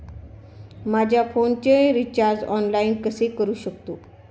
माझ्या फोनचे recharge online कसे करू शकतो?